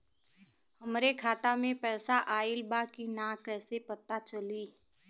हमरे खाता में पैसा ऑइल बा कि ना कैसे पता चली?